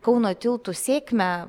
kauno tiltų sėkmę